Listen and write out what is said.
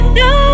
no